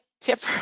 tip